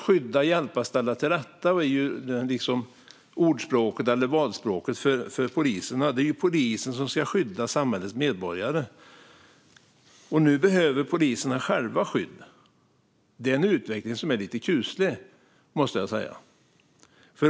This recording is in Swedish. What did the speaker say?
"Skydda, hjälpa, ställa till rätta" är polisens valspråk. Det är ju polisen som ska skydda samhällets medborgare. Nu behöver poliserna själva skydd. Det är en utveckling som är lite kuslig, måste jag säga.